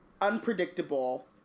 unpredictable